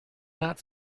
not